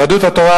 יהדות התורה,